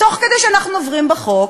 תוך כדי שאנחנו עוברים בחוק,